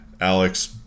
Alex